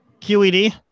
QED